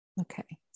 Okay